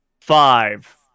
Five